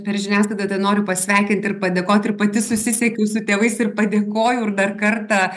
per žiniasklaidą tai noriu pasveikint ir padėkot ir pati susisiekiau su tėvais ir padėkojau ir dar kartą